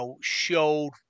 showed